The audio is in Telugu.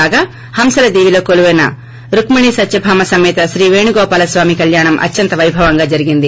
కాగా హంసలదీవిలో కొలుపైన రుక్కిణి సత్యభామ సమేత పేణుగోపాలస్వామి కల్యాణం అత్యంత పైభవంగా జరిగింది